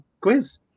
quiz